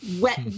wet